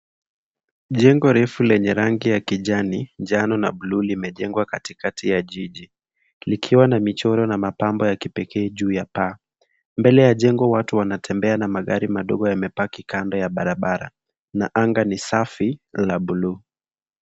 Jengo refu lenye rangi ya kijani, njano na buluu limejengwa katikati ya jiji likiwa na michoro na mapambo ya kipekee juu ya paa. Mbele ya jengo watu wanatembea na magari madogo yamepaki kando ya barabara na anga ni safi la buluu.